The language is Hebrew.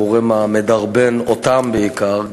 הגורם המדרבן אותם בעיקר,